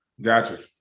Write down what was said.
Gotcha